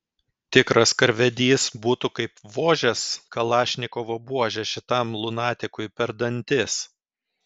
tikras karvedys būtų kaip vožęs kalašnikovo buože šitam lunatikui per dantis